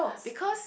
because